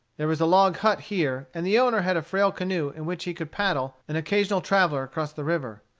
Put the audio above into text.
there was a log hut here, and the owner had a frail canoe in which he could paddle an occasional traveller across the river.